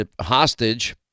hostage